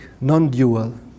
non-dual